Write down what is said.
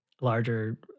Larger